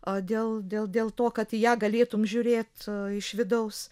a dėl dėl dėl to kad į ją galėtum žiūrėt iš vidaus